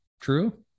true